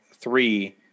Three